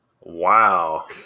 Wow